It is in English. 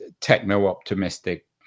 techno-optimistic